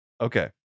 Okay